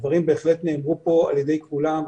הדברים בהחלט נאמרו פה על ידי כולם,